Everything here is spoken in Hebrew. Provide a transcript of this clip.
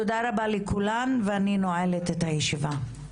תודה רבה לכולן ואני נועלת את הישיבה.